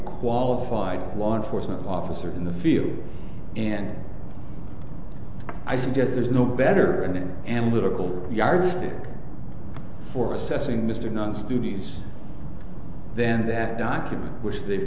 qualified law enforcement officer in the field and i guess there's no better and analytical yardstick for assessing mr nun's duties then that document which they've